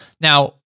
now